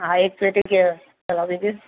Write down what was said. હા એક પેટી કે ચલો બીજું